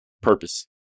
purpose